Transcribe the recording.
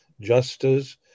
justice